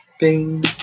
Bing